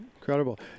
Incredible